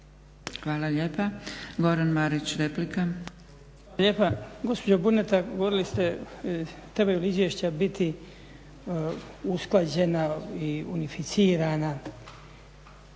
Hvala lijepa. Goran Marić, replika. **Marić, Goran (HDZ)** Hvala lijepa. Gospođo Buneta govorili ste trebaju li izvješća biti usklađena i unificirana